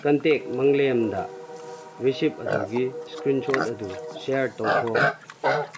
contact ꯃꯥꯡꯂꯦꯝꯗ receipt ꯑꯗꯨꯒꯤ screenshot ꯑꯗꯨ ꯁꯤꯌꯥꯔꯦ ꯇꯧꯈꯣ